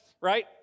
Right